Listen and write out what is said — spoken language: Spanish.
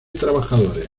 trabajadores